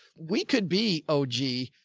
we could be, oh gee,